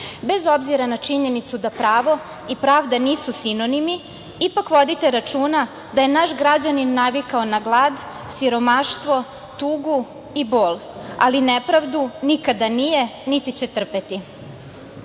Bez obzira na činjenicu da pravo i pravda nisu sinonimi, ipak vodite računa da je naš građanin navikao na glad, siromaštvo, tugu i bol, ali nepravdu nikada nije, niti će trpeti. Po